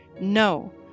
No